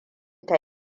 ta